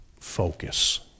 focus